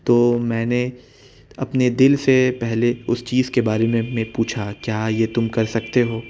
تو میں نے اپنے دل سے پہلے اس چیز کے بارے میں میں پوچھا کیا تم یہ کر سکتے ہو